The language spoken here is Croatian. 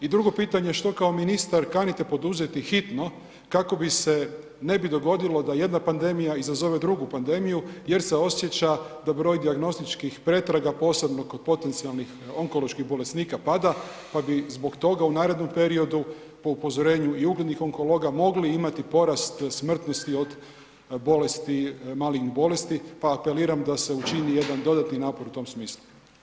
I drugo pitanje, što kao ministar kanite poduzeti hitno kako bi se ne bi dogodilo da jedna pandemija izazove drugu pandemiju jer se osjeća da broj dijagnostičkih pretraga, posebno kod potencijalnih onkoloških bolesnika pada, pa bi zbog toga u narednom periodu, po upozorenju i uglednih onkologa, mogli imati porast smrtnosti od bolesti, malignih bolesti, pa apeliram da se učini jedan dodatni napor u tom smislu?